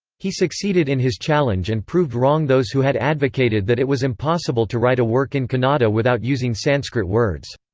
he succeeded in his challenge and proved wrong those who had advocated that it was impossible to write a work in kannada without using sanskrit words.